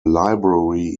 library